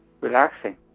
relaxing